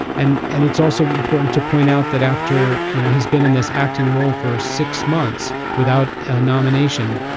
and and it's also important to point out that after you know he's been in this acting role for six months without a nomination.